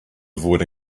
avoid